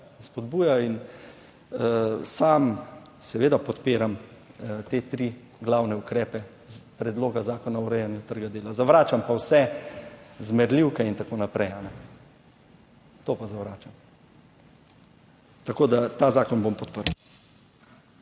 spodbujajo. Sam seveda podpiram te tri glavne ukrepe iz predloga zakona o urejanju trga dela, zavračam pa vse zmerljivke in tako naprej. To pa zavračam. Ta zakon bom podprl.